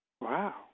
Wow